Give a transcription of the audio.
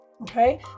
okay